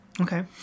Okay